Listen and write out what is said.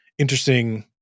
interesting